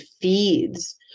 feeds